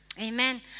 Amen